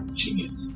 genius